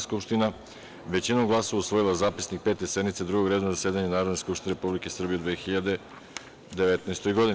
skupština većinom glasova usvojila Zapisnik Pete sednice Drugog redovnog zasedanja Narodne skupštine Republike Srbije u 2019. godini.